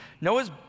Noah's